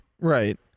Right